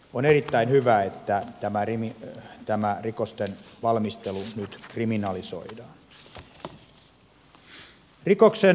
on erittäin hyvä että tämä rikosten valmistelu nyt kriminalisoidaan